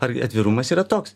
ar atvirumas yra toks